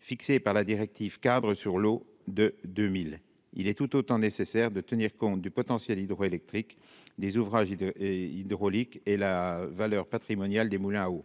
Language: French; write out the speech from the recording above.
fixé par la directive-cadre sur l'eau de 2000, il est tout autant nécessaire de tenir compte du potentiel hydroélectrique des ouvrages hydrauliques et la valeur patrimoniale des moulins à eau